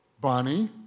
Bonnie